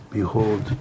Behold